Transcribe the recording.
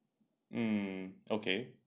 mmhmm okay